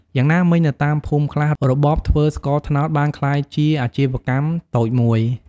យ៉ាងណាមិញ នៅតាមភូមិខ្លះ របរធ្វើស្ករត្នោតបានក្លាយជាអាជីវកម្មតូចមួយ។